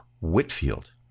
Whitfield